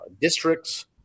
districts